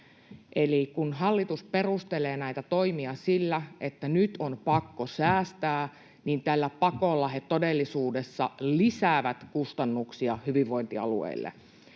kun hallitus perustelee näitä toimia sillä, että nyt on pakko säästää, niin tällä pakolla he todellisuudessa lisäävät kustannuksia hyvinvointialueille